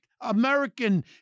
American